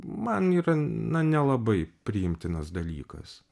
man yra na nelabai priimtinas dalykas